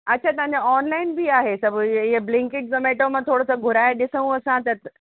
अच्छा तव्हांजा ऑनलाइन बि आहे सभु इ इहे बिलंकइट ज़मेटो मां थोरोसो घुराए ॾिसूं असां त